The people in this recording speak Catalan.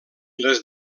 les